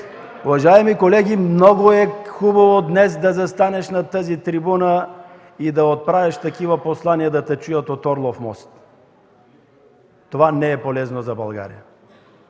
Уважаеми колеги, много е хубаво днес да застанеш на тази трибуна и да отправиш такива послания, че да те чуят на „Орлов мост”. Това не е полезно за България!